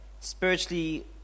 spiritually